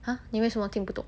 !huh! 你为什么听不懂